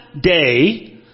day